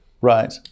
Right